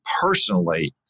personally